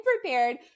prepared